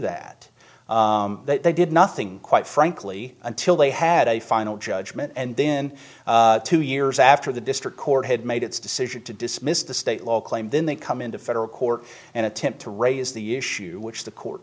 that they did nothing quite frankly until they had a final judgment and then two years after the district court had made its decision to dismiss the state law claim then they come into federal court and attempt to raise the issue which the court